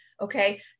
Okay